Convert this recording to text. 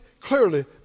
clearly